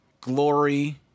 Glory